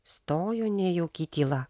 stojo nejauki tyla